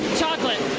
chocolate,